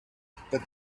that